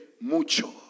mucho